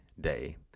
day